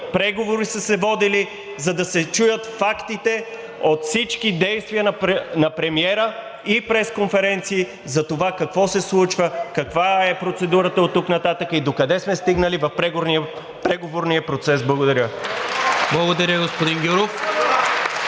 преговори са се водили, за да се чуят фактите от всички действия на премиера и пресконференции за това какво се случва, каква е процедурата оттук нататък и докъде сме стигнали в преговорния процес. Благодаря. ДЕСИСЛАВА АТАНАСОВА